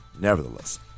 Nevertheless